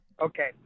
Okay